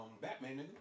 Batman